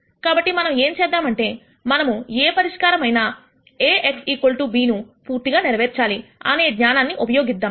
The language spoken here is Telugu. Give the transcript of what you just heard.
కాబట్టి మనం ఏం చేద్దాం అంటే మనము ఏ పరిష్కారం అయినా A x b ను పూర్తిగా నెరవేర్చాలి అనే జ్ఞానాన్ని ఉపయోగిద్దాం